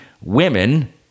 women